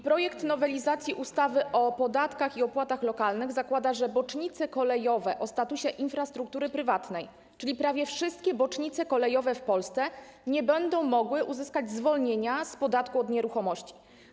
Projekt nowelizacji ustawy o podatkach i opłatach lokalnych zakłada, że bocznice kolejowe o statusie infrastruktury prywatnej, czyli prawie wszystkie bocznice kolejowe w Polsce, nie będą mogły uzyskać zwolnienia z podatku od nieruchomości.